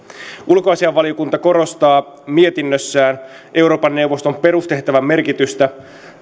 ulkoasiainvaliokunta korostaa mietinnössään euroopan neuvoston perustehtävän merkitystä